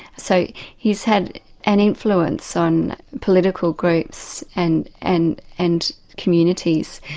so he's had an influence on political groups and and and communities,